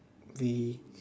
we